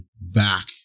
back